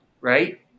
right